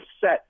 set